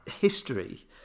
history